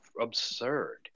absurd